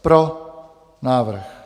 Pro návrh.